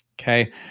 okay